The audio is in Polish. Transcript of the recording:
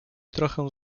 trochę